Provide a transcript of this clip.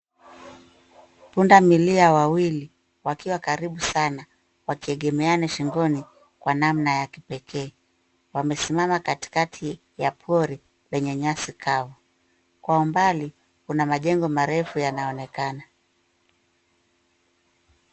Pundamilia wawili wakiwa karibu sana wakiegemeana shingoni kwa namna ya kipekee, wamesimama katikati ya pori kwenye nyasi kavu, kwa mbali kuna majengo marefu yanayoonekana.